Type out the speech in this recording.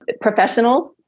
professionals